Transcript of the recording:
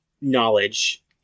knowledge